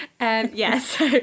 Yes